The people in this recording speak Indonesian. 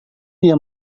dia